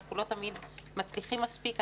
אנחנו לא תמיד מצליחים מספיק.